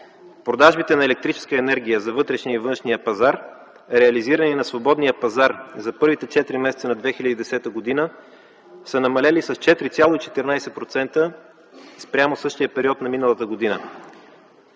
Продажбите на електрическа енергия за вътрешния и външния пазар, реализирани на свободния пазар за първите четири месеца на 2010 г., са намалели с 4,14% спрямо същия период на миналата година.